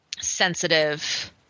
sensitive